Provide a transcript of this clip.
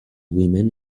women